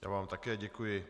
Já vám také děkuji.